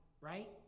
right